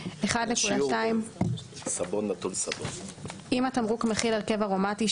1.2. אם התמרוק מכיל הרכב ארומטי,